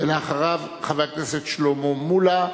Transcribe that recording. ולאחריו, חבר הכנסת שלמה מולה.